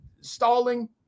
stalling